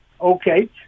Okay